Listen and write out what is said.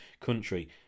country